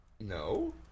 no